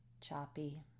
choppy